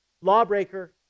Lawbreaker